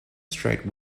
straight